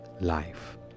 life